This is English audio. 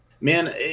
Man